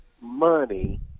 money